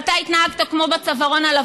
תודה, חבר הכנסת ג'בארין.